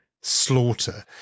slaughter